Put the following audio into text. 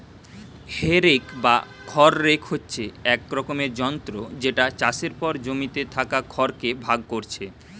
হে rake বা খড় rake হচ্ছে এক রকমের যন্ত্র যেটা চাষের পর জমিতে থাকা খড় কে ভাগ কোরছে